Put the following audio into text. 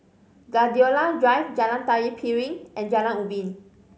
Gladiola Drive Jalan Tari Piring and Jalan Ubin